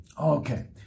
Okay